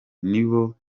nibo